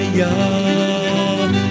young